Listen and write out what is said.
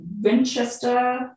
Winchester